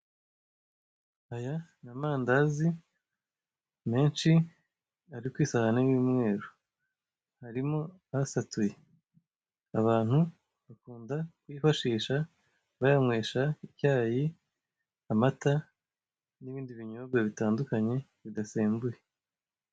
Aya ni amandazi menshi ari ku isahani y'umweru, harimo asatuye. Abantu bakunda kuyifashisha bayanywesha icyayi, amata, n'ibindi binyobwa bitandukanye bidasembuye.